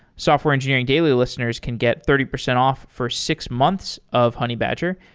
software engineering daily lis teners can get thirty percent off for six months of honeybadger,